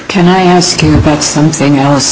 can i ask you about something else